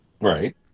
Right